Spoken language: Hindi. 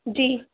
जी